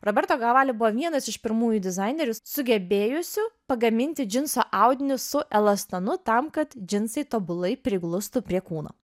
roberto kavali buvo vienas iš pirmųjų dizainerių sugebėjusiu pagaminti džinso audinius su elastanu tam kad džinsai tobulai priglustų prie kūno